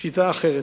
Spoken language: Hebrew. שיטה אחרת: